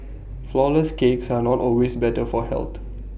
Flourless Cakes are not always better for health